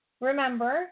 remember